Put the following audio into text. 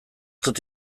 dut